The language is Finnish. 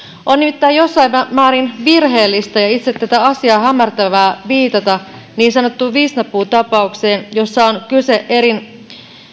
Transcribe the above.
on nimittäin jossain määrin virheellistä ja itse tätä asiaa hämärtävää viitata niin sanottuun visnapuu tapaukseen jossa on kyse eri